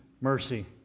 mercy